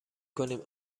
کنیم